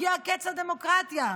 הגיע קץ הדמוקרטיה?